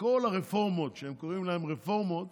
שכל הרפורמות שהם קוראים להן רפורמות